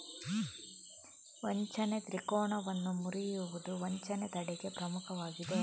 ವಂಚನೆ ತ್ರಿಕೋನವನ್ನು ಮುರಿಯುವುದು ವಂಚನೆ ತಡೆಗೆ ಪ್ರಮುಖವಾಗಿದೆ